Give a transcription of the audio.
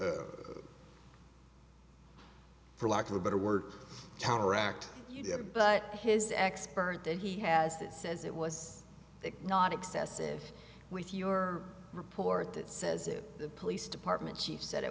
to for lack of a better word counteract but his expert that he has that says it was not excessive with your report that says it the police department chief said it